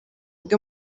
bwe